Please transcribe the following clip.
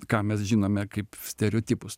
ką mes žinome kaip stereotipus